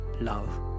Love